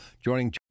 joining